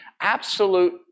absolute